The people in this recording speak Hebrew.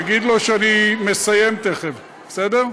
תגיד לו שאני מסיים תכף, בסדר?